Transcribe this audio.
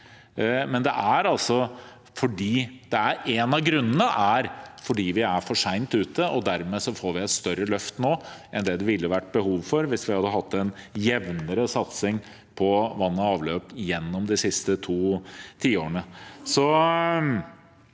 Én av grunnene er altså at vi er for sent ute, og dermed får vi et større løft nå enn det ville vært behov for hvis vi hadde hatt en jevnere satsing på vann og avløp gjennom de siste to tiårene.